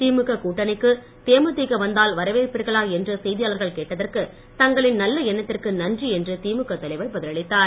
திமுக கூட்டணிக்கு தேமுதிக வந்தால் வரவேற்பீர்களா என்று செய்தியாளர்கள் கேட்டதற்கு தங்களின் நல்ல எண்ணத்திற்கு நன்றி என்று திமுக தலைவர் பதிலளித்தார்